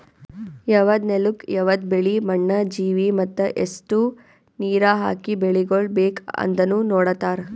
ಯವದ್ ನೆಲುಕ್ ಯವದ್ ಬೆಳಿ, ಮಣ್ಣ, ಜೀವಿ ಮತ್ತ ಎಸ್ಟು ನೀರ ಹಾಕಿ ಬೆಳಿಗೊಳ್ ಬೇಕ್ ಅಂದನು ನೋಡತಾರ್